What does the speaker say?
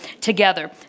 together